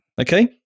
Okay